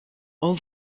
all